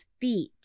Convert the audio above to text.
feet